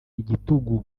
igitugu